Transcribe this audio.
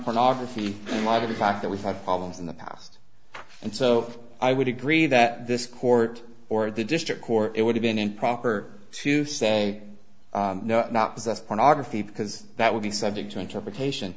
pornography in my view the fact that we have problems in the past and so i would agree that this court or the district court it would have been improper to say no not possess pornography because that would be subject to interpretation